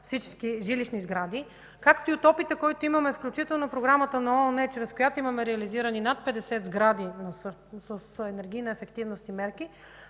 всички жилищни сгради, както и опитът, който имаме, включително и Програмата на ООН, чрез която имаме реализирани над 50 сгради с енергийна ефективност и мерки,